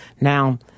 Now